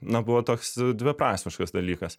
na buvo toks dviprasmiškas dalykas